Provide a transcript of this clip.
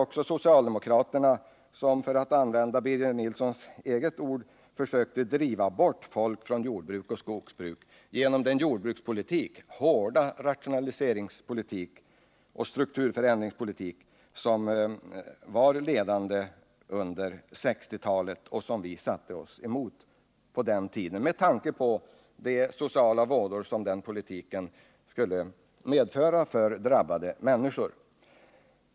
också socialdemokraterna som — för att använda Birger Nilssons eget uttryck — försökte driva bort folk från jordbruk och skogsbruk genom den hårda rationaliseringsoch strukturförändringspolitik som fördes under 1960-talet. Vi satte oss emot den, med tanke bl.a. på de sociala vådor som den politiken skulle medföra för drabbade människor.